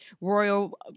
royal